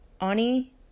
Ani